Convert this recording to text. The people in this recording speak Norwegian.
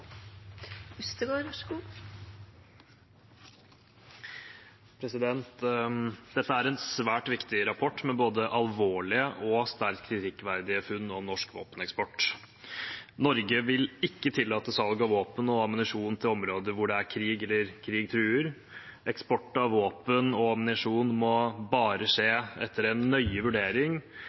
en svært viktig rapport, med både alvorlige og sterkt kritikkverdige funn om norsk våpeneksport. Norge vil ikke tillate salg av våpen og ammunisjon til områder hvor det er krig, eller krig truer. Eksport av våpen og ammunisjon må bare skje etter en nøye vurdering,